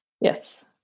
yes